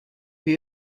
you